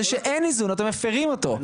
זה שאין איזון אתם מפירים אותו,